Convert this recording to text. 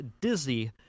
Dizzy